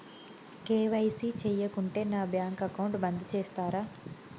KYC చేయకుంటే నా bank account బంద్ చేస్తరా?